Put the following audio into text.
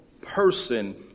person